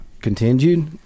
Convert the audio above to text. continued